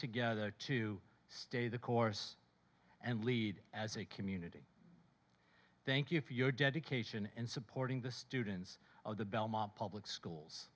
together to stay the course and lead as a community thank you for your dedication and supporting the students of the belmont public schools